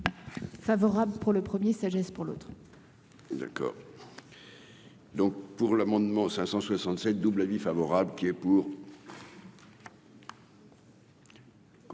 favorable pour le 1er sagesse pour l'autre. D'accord. Donc pour l'amendement 567 double avis favorable qui est pour.